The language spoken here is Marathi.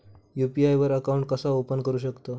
यू.पी.आय वर अकाउंट कसा ओपन करू शकतव?